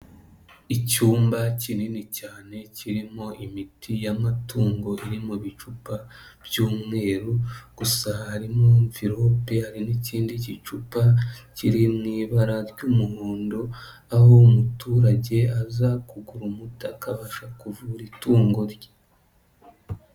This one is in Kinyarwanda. Icyumba kinini cyane kirimo imiti y'amatungo iri mu bicupa by'umweru, gusa harimo mvirope hari n'ikindi gicupa kiri mu'ibara ry'umuhondo, aho umuturage aza kugura umutI akabasha kuvura itungo rye.